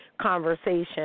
conversation